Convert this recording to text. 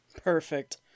Perfect